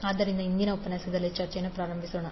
ಆದ್ದರಿಂದ ಇಂದಿನ ಉಪನ್ಯಾಸನದ ಚರ್ಚೆಯನ್ನು ಪ್ರಾರಂಭಿಸೋಣ